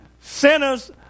Sinners